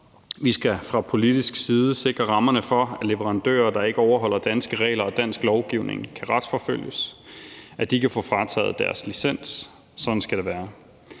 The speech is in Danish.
Vi skal fra politisk side sikre rammerne for, at leverandører, der ikke overholder danske regler og dansk lovgivning, kan retsforfølges, og at de kan få frataget deres licens. Sådan skal det være.